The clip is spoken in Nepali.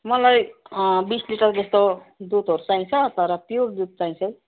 मलाई बिस लिटर जस्तो दुधहरू चाहिन्छ तर प्योर दुध चाहिन्छ